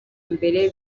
mbere